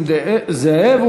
חבר הכנסת נסים זאב,